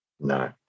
No